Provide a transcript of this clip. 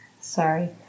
Sorry